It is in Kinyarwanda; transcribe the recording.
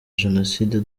jenoside